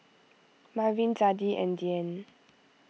Marvin Zadie and Dianne